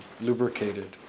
lubricated